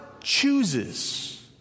chooses